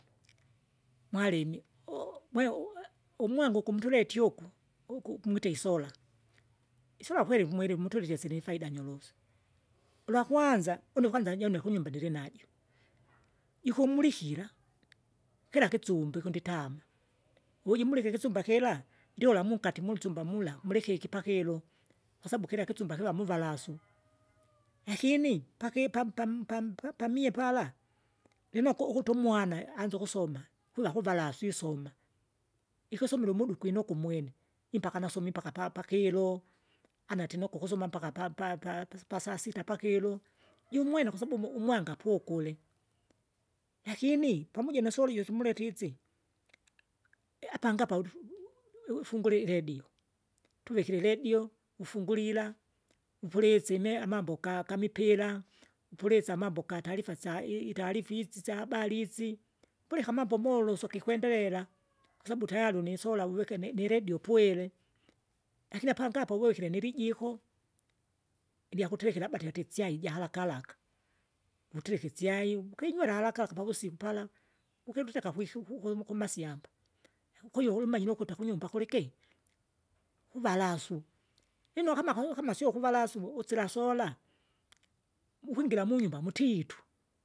Mwalimi u- mwe ua umwanga ukumtuleti uku, uku mwita isola, isola kweri mweri mutulike silinifaida nyorosu, ulwakwanza, une kwana jone kunyumba ndilinajo. Jikumulikila, kila kitsumbi kunditam, wujimulika ikisumba kira ndiola munkati mutsumba mula, mulikeki pakilo, kwasabu kila kitsumba kiva muvalasu, lakini paki pam- pam- pam- pamie pala, lino ku- ukuti umwana, anze ukusoma, kwiva kuvalwasi isoma, ikusomile umudu ikwinokwa umwene, impaka nasome impaka pa- pakilo, anatinokwa ukusoma mpaka pa- pa- pa- pasaita pakilo, jumwene kwasbu umu- umwanga pukule. Lakini pampoja nosoli josumule tisi, apange apa wifungure iredio, tuvikire iredio, ufungulila, upilisa ime amambo ga- gamipila, upulise amambo gatarifa syai i- itarifa isi sya habari sisi, pulika amambo moloswe kikwendelela, kwasabu tayari ulinisola wuvike ni- niredio upwire. Lakini apangi apo uwikire nilijiko, ilyakuterekera labda tyati isyai ijaharaka haraka, wutereka isyai, ukinywera haraka pavusiku pala, ukiluteka kwiku kuku kumasyamaba, kwahiyo ulumanyire ukute kunyumba kulikei, uvalasu, lino kama kau kama sio kuvalasu uvu usila sola, mukwingira munyumba mutitu.